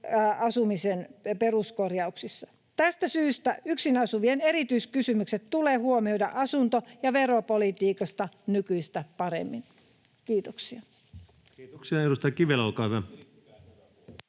asumisen peruskorjauksissa. Tästä syystä yksin asuvien erityiskysymykset tulee huomioida asunto- ja veropolitiikassa nykyistä paremmin. — Kiitoksia.